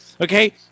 Okay